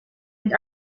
and